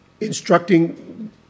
instructing